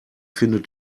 findet